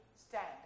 stand